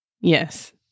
Yes